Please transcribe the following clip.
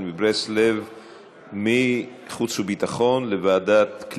מברסלב מוועדת החוץ והביטחון לוועדת העלייה,